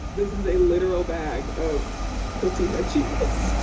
this is a literal bag of cotija cheese.